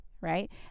right